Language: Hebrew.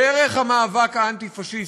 דרך המאבק האנטי-פאשיסטי,